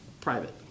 private